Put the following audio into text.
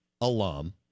alum